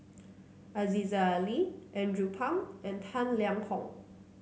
Aziza Ali Andrew Phang and Tang Liang Hong